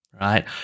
right